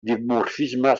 dimorfisme